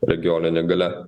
regioninė galia